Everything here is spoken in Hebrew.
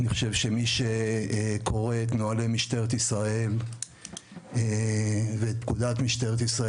אני חושב שמי שקורא את נוהלי משטרת ישראל ואת פקודת משטרת ישראל